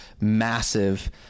massive